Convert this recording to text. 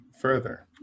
further